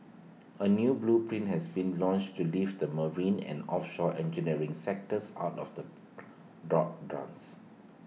A new blueprint has been launched to lift the marine and offshore engineering sectors out of the doldrums